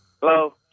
Hello